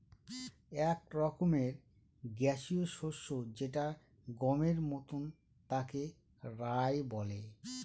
এক রকমের গ্যাসীয় শস্য যেটা গমের মতন তাকে রায় বলে